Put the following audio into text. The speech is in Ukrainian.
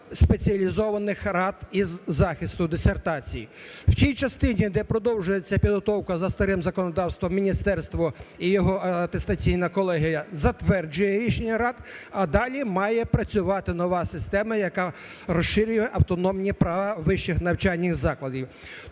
В тій частині, де продовжується підготовка за старим законодавством, міністерство і його атестаційна колегія затверджує рішення рад, а далі має працювати нова система, яка розширює автономні права вищих навчальних закладів.